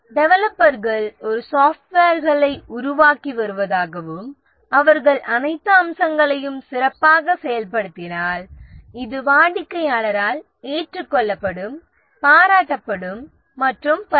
டெவலப்பர்கள் ஒரு மென்பொருளை உருவாக்கி வருவதாகவும் அவர்கள் அனைத்து அம்சங்களையும் சிறப்பாக செயல்படுத்தினால் இது வாடிக்கையாளரால் ஏற்றுக்கொள்ளப்படும் பாராட்டப்படும் மற்றும் பல